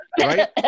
right